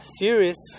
Series